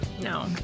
No